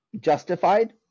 justified